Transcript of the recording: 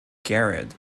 garrett